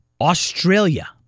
Australia